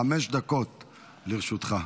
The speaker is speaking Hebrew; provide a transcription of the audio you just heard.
חמש דקות לרשותך.